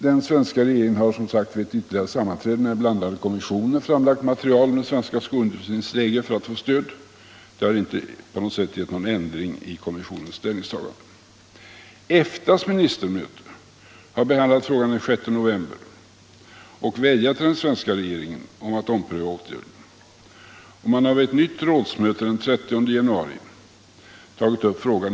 Den svenska regeringen har som sagt vid ett ytterligare sammanträde med den blandade kommissionen framlagt material om den svenska skoindustrins läge för att få stöd för sin uppfattning. Detta har inte på något sätt inneburit en ändring av kommissionens ställningstagande. EFTA:s ministerråd har behandlat frågan den 6 november och vädjat till den svenska regeringen att ompröva åtgärden. Vid ett nytt rådsmöte den 30 januari togs frågan upp igen.